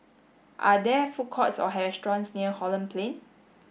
are there food courts or restaurants near Holland Plain